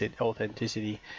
authenticity